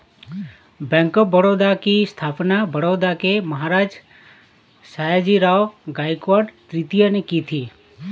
bank of Baroda की स्थापना बड़ौदा के महाराज सयाजीराव गायकवाड तृतीय ने की थी